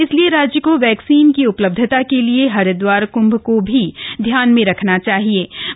इसलिए राज्य को वैक्सीन की उपलब्धता के लिए हरिदवार कृंभ को भी ध्यान में रखना जरूरी है